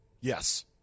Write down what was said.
Yes